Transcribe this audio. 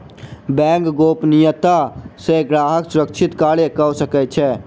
bank गोपनियता सॅ ग्राहक सुरक्षित कार्य कअ सकै छै